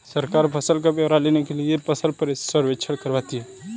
सरकार फसल का ब्यौरा लेने के लिए फसल सर्वेक्षण करवाती है